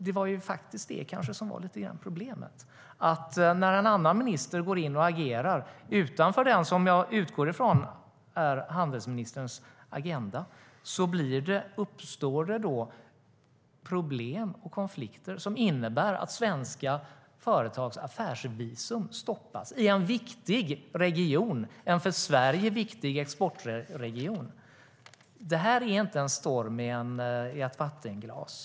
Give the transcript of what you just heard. Det kanske var det som var problemet: När en annan minister går in och agerar utanför vad jag utgår från är handelsministerns agenda uppstår det problem och konflikter som innebär att svenska företags affärsvisum stoppas i en för Sverige viktig exportregion. Detta är inte en storm i ett vattenglas.